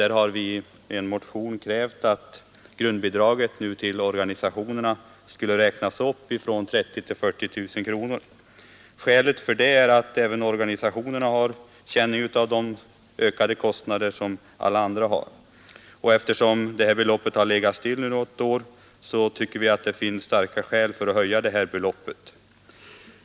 Där har vi i en motion krävt att grundbidraget till ungdomsorganisationernas Bidrag till ungdomscentrala verksamhet skall räknas upp från 30 000 till 40 000 kronor. RR Skälet för det kravet är att även ungdomsorganisationerna, liksom alla RE ere andra, har fått känning av starkt ökade kostnader. Eftersom bidragsbeloppet har legat stilla något år, anser vi det finnas starka skäl för att nu höja det.